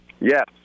Yes